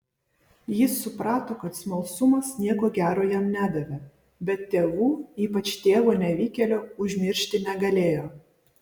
jis suprato kad smalsumas nieko gero jam nedavė bet tėvų ypač tėvo nevykėlio užmiršti negalėjo